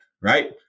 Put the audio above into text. right